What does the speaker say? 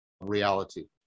reality